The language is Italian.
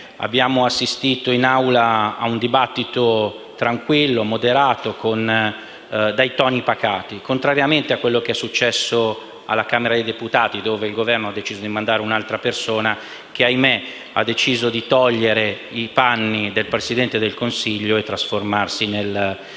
abbiamo assistito in Aula a un dibattito tranquillo, moderato e dai toni pacati, contrariamente a quanto è successo alla Camera dei deputati, dove il Governo ha mandato un'altra persona che - ahimè - ha deciso di togliere i panni del Presidente del Consiglio e trasformarsi in